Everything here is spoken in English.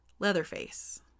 Leatherface